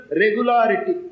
regularity